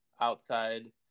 outside